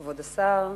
כבוד השר,